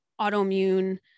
autoimmune